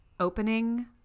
opening